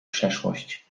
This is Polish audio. przeszłość